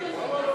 למה לא?